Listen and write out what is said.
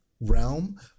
realm